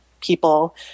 people